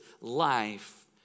life